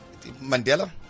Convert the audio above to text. Mandela